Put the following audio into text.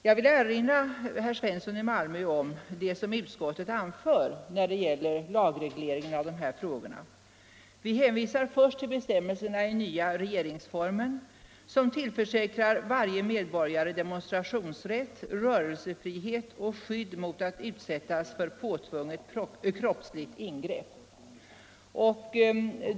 Jag vill erinra herr Svensson i Malmö om vad utskottet anför när det gäller lagreglering av de här frågorna. Vi hänvisar först till bestämmelserna i nya regeringsformen, som tillförsäkrar varje medborgare demonstrationsrätt, rörelsefrihet och skydd mot att utsättas för påtvunget kroppsligt ingrepp.